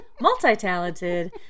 multi-talented